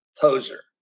poser